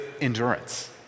endurance